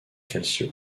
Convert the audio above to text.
calcio